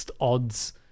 odds